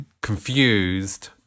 confused